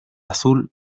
azul